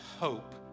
hope